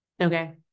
Okay